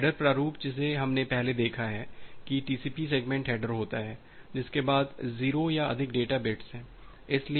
तो हेडर प्रारूप जिसे हमने पहले देखा है कि टीसीपी सेगमेंट हैडर होता है जिसके बाद 0 या अधिक डेटा बिट्स हैं